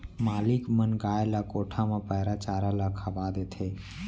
मालिक मन गाय ल कोठा म पैरा चारा ल खवा देथे